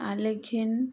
Alekhine